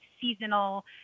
seasonal